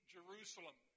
Jerusalem